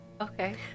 Okay